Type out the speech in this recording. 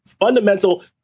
fundamental